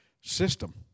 system